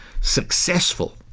successful